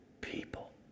people